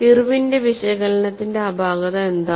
ഇർവിന്റെ വിശകലനത്തിന്റെ അപാകത എന്താണ്